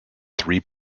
three